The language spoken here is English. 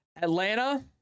Atlanta